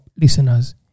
listeners